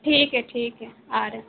ٹھیک ہے ٹھیک ہے آ رہے ہیں